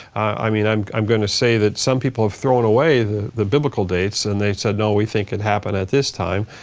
i mean, i'm i'm going to say that some people have thrown away the the biblical dates and they said, no we think it happened at this time,